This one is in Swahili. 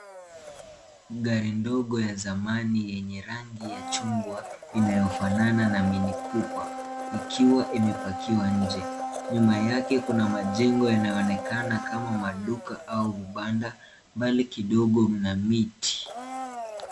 Gari ndogo ya zamani yenye rangi ya chungwa inayo fanana na minikupa ikiwa imepakiwa nje. Nyuma yake kuna majengo yanaonekana kama maduka au vibanda mbali kidogo mna miti.